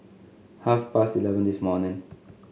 half past eleven this morning